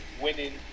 winning